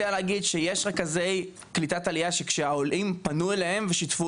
להגיד שיש רכזי קליטה וכשהעולים פנו אליהם ושיתפו